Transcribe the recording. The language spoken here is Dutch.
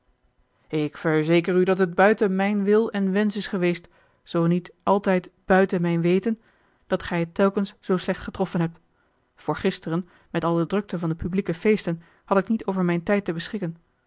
ik verzeker u dat het buiten mijn wil en wensch is geweest zoo niet altijd buiten mijn weten dat gij het telkens zoo slecht getroffen hebt voorgisteren met al de drukte van de publieke feesten had ik niet over mijn tijd te beschikken